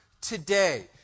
today